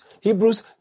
Hebrews